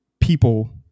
people